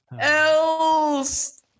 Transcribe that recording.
Else